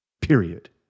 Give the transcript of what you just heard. Period